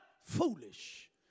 Foolish